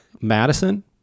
Madison